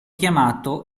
chiamato